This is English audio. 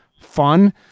fun